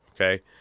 Okay